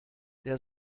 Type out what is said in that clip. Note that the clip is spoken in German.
der